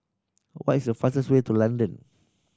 what is the fastest way to London